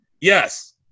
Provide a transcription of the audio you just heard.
Yes